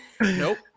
Nope